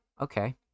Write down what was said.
Okay